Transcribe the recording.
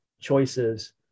choices